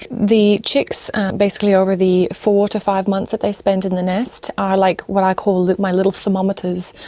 the chicks basically over the four to five months that they spend in the nest are like what i call my little thermometers,